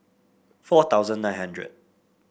four thousand nine hundred